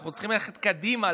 אנחנו צריכים ללכת קדימה,